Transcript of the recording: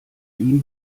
ihm